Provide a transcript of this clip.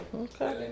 Okay